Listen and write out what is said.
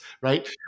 right